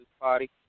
Party